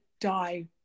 die